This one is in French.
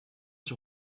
sur